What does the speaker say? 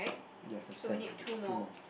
yes a stand that's two more